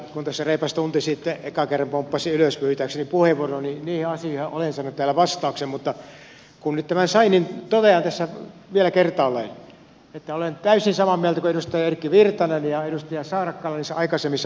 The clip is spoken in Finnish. kun tässä reipas tunti sitten ekan kerran pomppasin ylös pyytääkseni puheenvuoron niin niihin asioihin olen saanut täällä vastauksen mutta kun nyt tämän sain niin totean tässä vielä kertaalleen että olen täysin samaa mieltä kuin edustaja erkki virtanen ja edustaja saarakkala niissä aikaisemmissa puheenvuoroissa